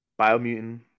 Biomutant